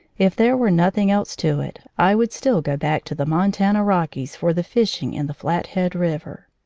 if there were nothing else to it, i would still go back to the montana rockies for the fishing in the flathead river.